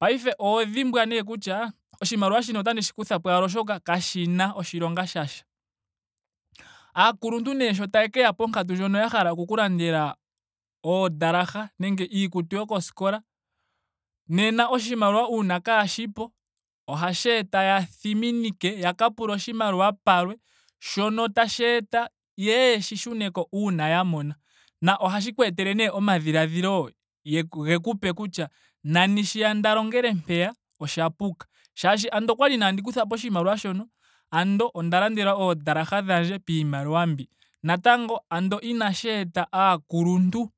Paife oho dhimbwa nee kutya oshimaliwa shika otandi shi kuthapo molwaashoka kashina oshilonga shasha. Aaakuluntu nee sho taye keya ponkatu mono ya hala oku ku landela oondalaha nnege iikutu yoskola. nena oshimaliwa unaa kaashipo ohashi eta ya thiminike yaka pule oshimaliwa palwe shono tashi eta yeye yeshi shuneko uuna ya mona. na ohashi ku etele nee omadhiladhilo geku pe kutya nani shiya sho nda longele mpeya osha puka. shaashi andola okwali inaadni kuthapo oshimaliwa shono. andola odha landelwa oondalaha dhandje niimaliwa mbi. Natango ando inashi eta aakuluntu